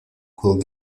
cours